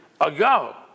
ago